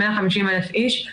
150,000 איש,